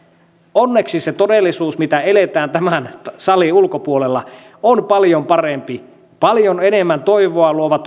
onneksi se todellisuus mitä eletään tämän salin ulkopuolella on paljon parempi paljon enemmän tulevaisuuteen toivoa luovaa